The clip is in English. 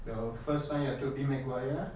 the first one your tobey maguire